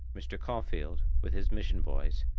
mr. caulfeild, with his mission boys,